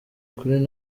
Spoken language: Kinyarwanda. kuri